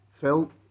Phil